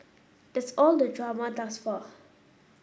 that's all the drama thus far